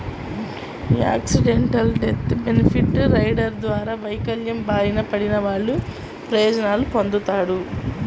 accidental death benefit rider ద్వారా వైకల్యం బారిన పడినవాళ్ళు ప్రయోజనాలు పొందుతాడు